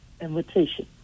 invitation